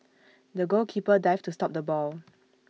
the goalkeeper dived to stop the ball